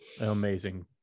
Amazing